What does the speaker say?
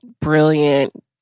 brilliant